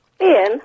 Ian